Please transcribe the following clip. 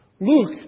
Luke